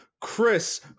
Chris